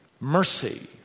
Mercy